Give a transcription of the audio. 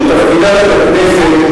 שתפקידה של הכנסת,